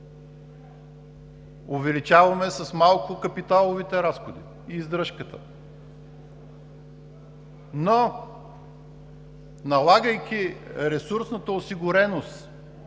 Увеличаваме с малко капиталовите разходи и издръжката, но, налагайки ресурсната осигуреност